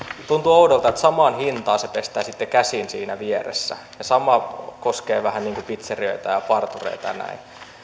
tuntuu oudolta että samaan hintaan se pestään sitten käsin siinä vieressä ja sama koskee vähän pitserioita ja partureita ja näin